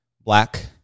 black